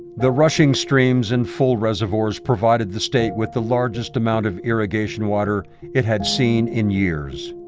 the rushing streams and full resovoirs provided the state with the largest amount of irrigation water it had seen in years.